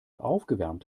aufgewärmt